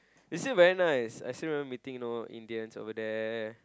it's still very nice I still remember meeting you know Indians over there